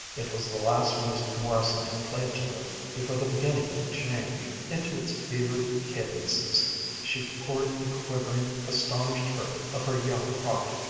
it was the last music morrison had played to her before the beginning of the change. into its fevered cadences she poured the quivering, astonished hurt of her young heart.